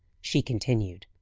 she continued.